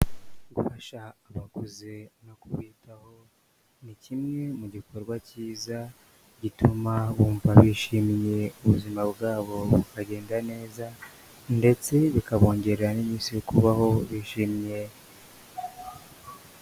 Gufasha abakuze no kubitaho, ni kimwe mu gikorwa kiza gituma bumva bishimiye ubuzima bwabo bukagenda neza, ndetse bikabongerera n'iminsi yo kubaho bishimye.